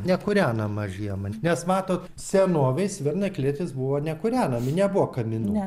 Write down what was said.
nekūrenama žiemą nes matot senovėj svirnai klėtys buvo nekūrenami nebuvo kaminų